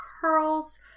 curls